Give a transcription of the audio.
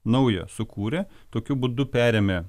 naują sukūrė tokiu būdu perėmė